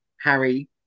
Harry